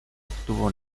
obtuvo